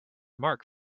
mark